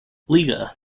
liga